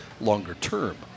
longer-term